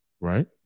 right